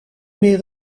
meer